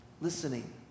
listening